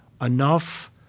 enough –